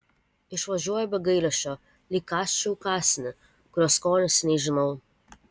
išvažiuoju be gailesčio lyg kąsčiau kąsnį kurio skonį seniai žinau